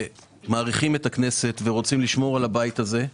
שמעריכים את הכנסת ורוצים לשמור על הבית הזה,